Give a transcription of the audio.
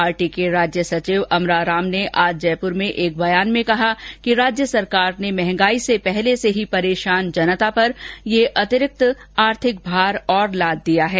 party के राज्य सचिव अमरारराम ने आज जयपुर में एक बयान में कहा कि राज्य सरकार ने महंगाई से पहले से ही परेशान जनता पर यह अतिरिक्त आर्थिक भार और लाद दिया है